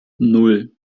nan